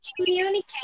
communicate